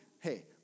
hey